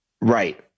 Right